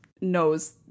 knows